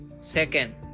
Second